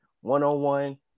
one-on-one